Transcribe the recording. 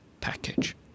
package